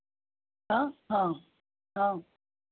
हाँ हाँ हाँ